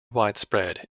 widespread